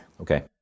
Okay